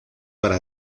para